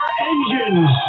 engines